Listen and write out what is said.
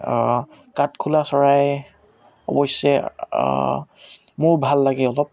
কাঠখোলা চৰাই অৱশ্যে মোৰ ভাল লাগে অলপ